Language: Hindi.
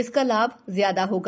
इसका लाभ ज्यादा होगा